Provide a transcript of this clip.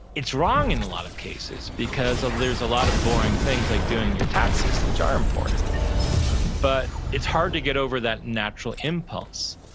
it's wrong in a lot of cases because ah there's a lot of boring things like doing your taxes which are important but it's hard to get over that natural impulse.